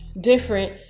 different